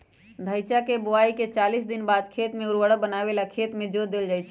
धइचा के बोआइके चालीस दिनबाद खेत के उर्वर बनावे लेल खेत में जोत देल जइछइ